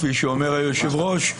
כפי שאומר היושב ראש,